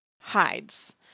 hides